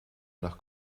nach